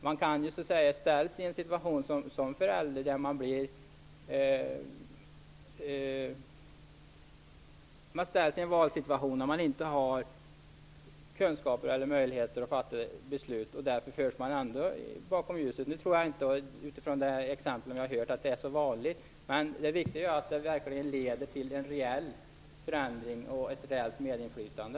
Man kan ju som förälder ställas inför en valsituation där man inte har kunskaper eller möjligheter att fatta ett beslut. Då kan man ändå föras bakom ljuset. Utifrån det exempel som vi har hört om tror jag inte att detta är så vanligt. Men det viktiga är ändå att det blir en reell förändring och ett reellt medinflytande.